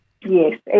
Yes